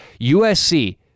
USC